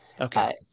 Okay